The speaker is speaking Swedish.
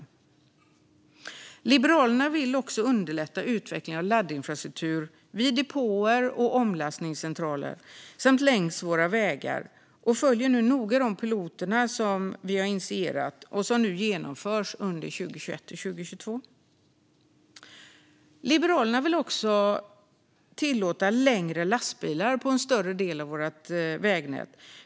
Vi liberaler vill också underlätta utvecklingen av laddinfrastruktur vid depåer och omlastningscentraler samt längs Sveriges vägar och följer nu noga de piloter som vi initierat och som genomförs under 2021 och 2022. Liberalerna vill också tillåta längre lastbilar på en större del av vårt vägnät.